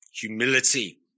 humility